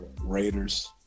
Raiders